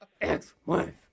Ex-wife